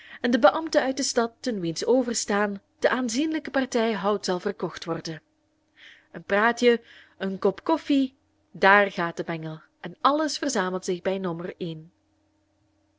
en de beambte uit de stad ten wiens overstaan de aanzienlijke partij hout zal verkocht worden een praatje een kop koffie daar gaat de bengel en alles verzamelt zich bij nommer